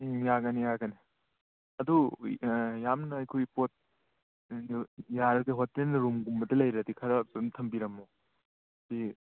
ꯎꯝ ꯌꯥꯒꯅꯤ ꯌꯥꯒꯅꯤ ꯑꯗꯨ ꯑꯥ ꯌꯥꯝꯅ ꯑꯩꯈꯣꯏꯒꯤ ꯄꯣꯠ ꯌꯥꯔꯗꯤ ꯍꯣꯇꯦꯜ ꯔꯨꯝꯒꯨꯝꯕꯗ ꯂꯩꯔꯗꯤ ꯈꯔ ꯑꯗꯨꯝ ꯊꯝꯕꯤꯔꯝꯃꯣ ꯁꯤ